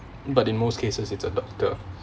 but in most cases it's a doctor